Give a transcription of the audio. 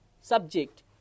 subject